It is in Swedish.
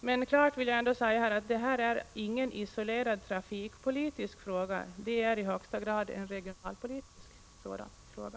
Men klart vill jag ändå säga att detta inte är någon isolerad trafikpolitisk fråga, det är i högsta grad en regionalpolitisk fråga.